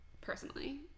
personally